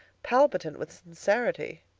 palpitant with sincerity.